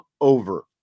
over